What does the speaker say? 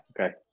Okay